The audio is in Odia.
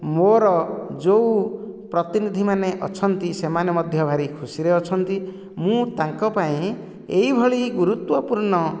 ମୋର ଯେଉଁ ପ୍ରତିନିଧି ମାନେ ଅଛନ୍ତି ସେମାନେ ମଧ୍ୟ ଭାରି ଖୁସିରେ ଅଛନ୍ତି ମୁଁ ତାଙ୍କ ପାଇଁ ଏହିଭଳି ଗୁରୁତ୍ତ୍ୱପୂର୍ଣ୍ଣ